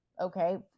Okay